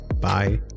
Bye